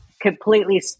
completely